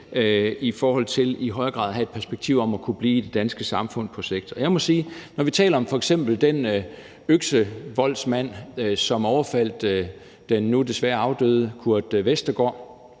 i forhold til i højere grad have et perspektiv om at kunne blive i det danske samfund på sigt. Jeg må sige, at når vi taler om f.eks. den øksevoldsmand, som overfaldt den nu desværre afdøde Kurt Westergaard